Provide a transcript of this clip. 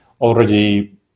already